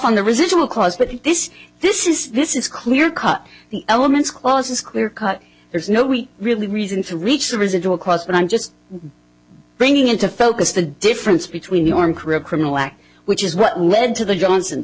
on the residual cause with this this is this is clear cut the elements clauses clear cut there's no we really reason for reach residual costs and i'm just bringing into focus the difference between your career criminal act which is what led to the johnson